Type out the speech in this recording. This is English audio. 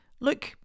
Look